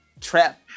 trap